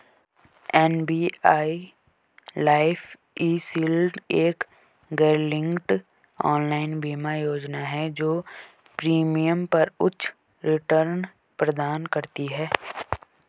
SBI life e shield एक गैरलिंक्ड online बीमा योजना है जो प्रीमियम पर उच्च रिटर्न प्रदान करती है